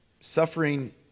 Suffering